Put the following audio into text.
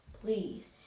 please